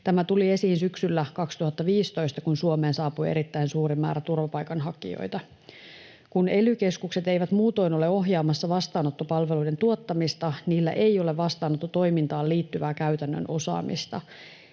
Tämä tuli esiin syksyllä 2015, kun Suomeen saapui erittäin suuri määrä turvapaikanhakijoita. Kun ely-keskukset eivät muutoin ole ohjaamassa vastaanottopalveluiden tuottamista, niillä ei ole vastaanottotoimintaan liittyvää käytännön osaamista.